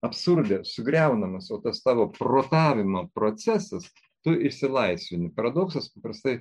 absurde sugriaunamas vo tas tavo protavimo procesas tu išsilaisvini paradoksas paprastai